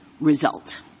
result